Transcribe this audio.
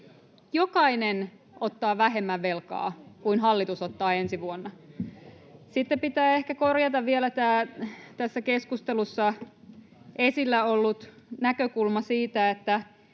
jokainen ottaa vähemmän velkaa kuin hallitus ottaa ensi vuonna. Sitten pitää ehkä korjata vielä tässä keskustelussa esillä ollut näkökulma siitä, että